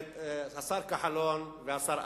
השר כחלון והשר ארדן,